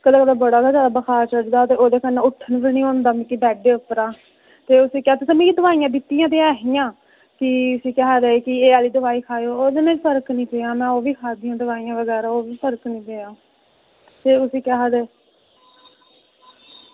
कदें कदें बड़ा गै बुखार चढ़दा ते मिगी उट्ठन बी निं होंदा ऐ बेडै उप्परा ते केह् आक्खदे मिगी दोआइयां दित्ती दियां ते ऐहियां की एह् आह्ली दोआई निं खायो केह् आक्खदे ओह्दे कन्नै मिगी फर्क निं पेआ ते दोआई खाद्धियां बगैरा ओह्बी फर्क निं पेआ